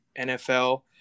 NFL